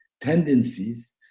tendencies